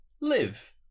live